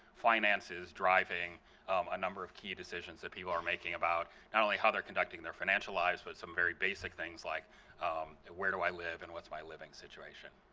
finance is driving a number of key decisions. if you are making about not only how they're conducting their financial lives but some very basic things like where do i live and what's my living situation.